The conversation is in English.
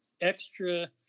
extra